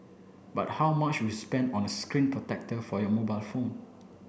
but how much would spend on a screen protector for your mobile phone